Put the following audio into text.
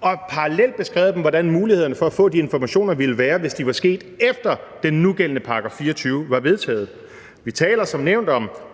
og parallelt har beskrevet, hvordan mulighederne for at få de informationer ville være, hvis tingene var sket, efter den nugældende § 24 var vedtaget. Vi taler som nævnt om